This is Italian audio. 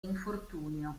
infortunio